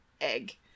egg